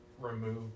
remove